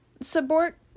support